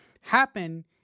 happen